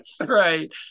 Right